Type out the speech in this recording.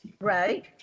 Right